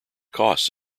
costs